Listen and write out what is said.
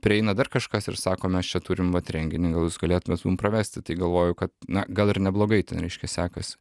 prieina dar kažkas ir sako mes čia turim vat renginį gal jūs galėtumėt mum pravesti tai galvoju kad na gal ir neblogai ten reiškia sekasi